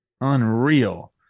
Unreal